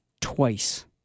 twice